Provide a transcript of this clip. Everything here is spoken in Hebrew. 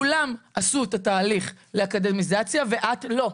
כולן עשו את התהליך לאקדמיזציה ואת לא,